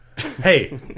Hey